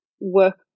work